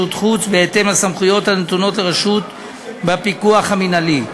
חוץ בהתאם לסמכויות הנתונות לרשות בפיקוח המינהלי.